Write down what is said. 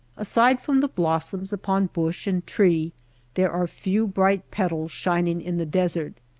aside from the blossoms upon bush and tree there are few bright petals shining in the des ert.